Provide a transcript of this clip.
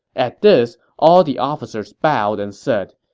at this, all the officers bowed and said,